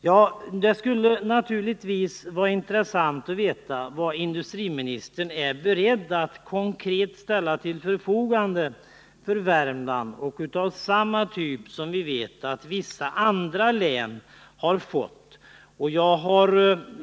Ja, det skulle naturligtvis vara intressant att veta vad industriministern är beredd att konkret ställa till förfogande för Värmland, dvs. samma slags medel som vi vet att vissa andra län har fått.